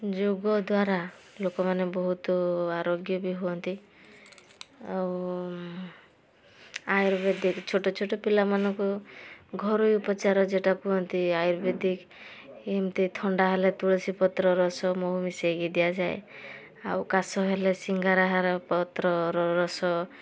ଯୋଗ ଦ୍ୱାରା ଲୋକମାନେ ବହୁତ ଆରୋଗ୍ୟ ବି ହୁଅନ୍ତି ଆଉ ଆର୍ୟୁବେଦିକ ଛୋଟ ଛୋଟ ପିଲାମାନଙ୍କୁ ଘରୋଇ ଉପଚାର ଯେଟା କୁହନ୍ତି ଆର୍ୟୁବେଦିକ ଏମିତି ଥଣ୍ଡା ହେଲେ ତୁଳସୀ ପତ୍ର ରସ ମହୁ ମିଶେଇକି ଦିଆଯାଏ ଆଉ କାଶ ହେଲେ ସିଙ୍ଗାରାହାର ପତ୍ରର ରସ